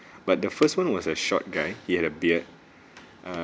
but the first [one] was a short guy he had a beard